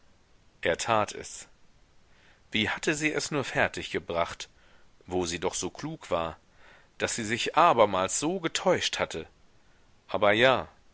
er tat es wie hatte sie es nur fertig gebracht wo sie doch so klug war daß sie sich abermals so getäuscht hatte aber ja